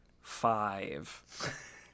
five